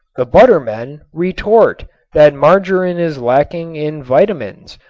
the butter men retort that margarin is lacking in vitamines,